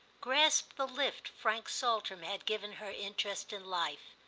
grasp the lift frank saltram had given her interest in life.